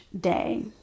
day